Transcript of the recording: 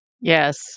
Yes